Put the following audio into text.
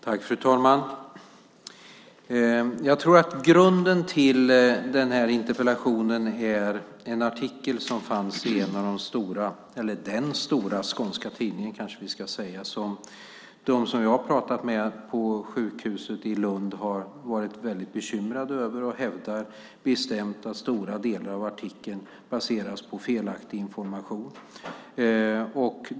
Fru ålderspresident! Jag tror att grunden till den här interpellationen är en artikel i den stora skånska tidningen som de som jag har pratat med på sjukhuset i Lund har varit väldigt bekymrade över. De hävdar bestämt att stora delar av artikeln baseras på felaktig information.